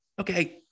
Okay